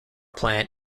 plant